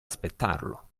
aspettarlo